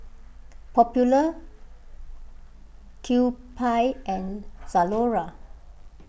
Popular Kewpie and Zalora